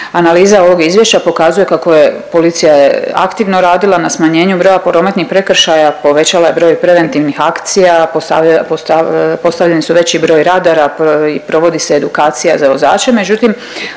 Analiza ovog izvješća pokazuje kako je policija je aktivno radila na smanjenju broj prometnih prekršaja, povećala je broj preventivnih akcija, postavljeni su veći broj radara i provodi se edukacija za vozače,